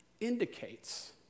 indicates